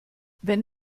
wenn